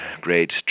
great